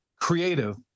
creative